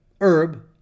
herb